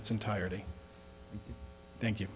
its entirety thank you